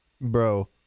bro